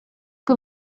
kui